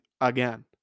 again